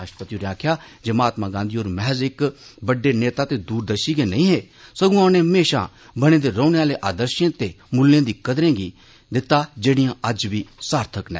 राष्ट्रपति होरें आक्खेआ जे महात्मा गांधी होर मैहज इक बड्डे नेता ते दूरदर्शी गै नेईं ऐ हे सगुआं उनें म्हेशां दे बने रौहने आले आर्दशें ते मुल्यें दी कदरें गी दिता जेड़ियां अज्ज बी सार्थक न